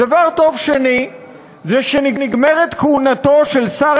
דבר טוב שני זה שנגמרת כהונתו של שר